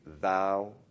thou